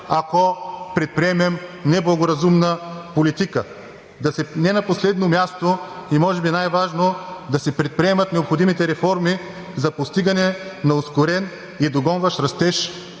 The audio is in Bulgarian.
ако предприемем неблагоразумна политика. Не на последно място, и може би най-важно, е да се предприемат необходимите реформи за постигане на ускорен и догонващ растеж,